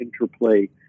interplay